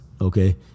okay